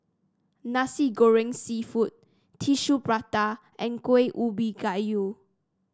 Nasi Goreng seafood Tissue Prata and Kuih Ubi Kayu